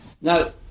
Now